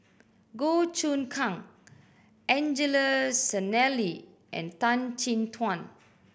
Goh Choon Kang Angelo Sanelli and Tan Chin Tuan